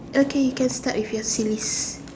okay you can start with your series